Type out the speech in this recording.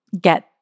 get